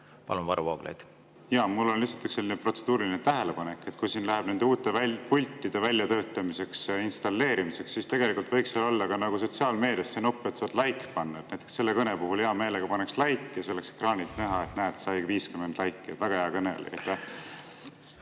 Palun, Varro Vooglaid! Jaa! Mul on lihtsalt üks selline protseduuriline tähelepanek, et kui siin läheb nende uute pultide väljatöötamiseks ja installeerimiseks, siis tegelikult võiks seal olla ka nii, nagu on sotsiaalmeedias, see nupp, et saadlikepanna. Näiteks selle kõne puhul hea meelega panekslikeja see oleks ekraanilt näha, et näed, sai 50like'i. Väga hea kõne oli!